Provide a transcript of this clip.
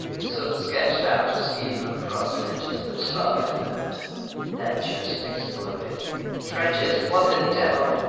the son sketched out a scheme of cross trenches, but his father demurred then joseph exploded trenches! what the devil!